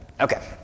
Okay